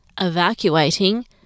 evacuating